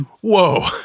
whoa